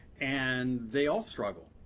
and they all struggle.